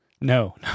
No